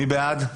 מי בעד?